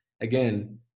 Again